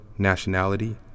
nationality